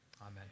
Amen